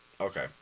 okay